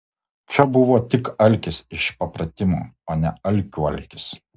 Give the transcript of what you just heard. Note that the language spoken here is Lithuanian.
čia buvo tik alkis iš papratimo o ne alkių alkis